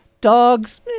Dogs